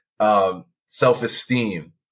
self-esteem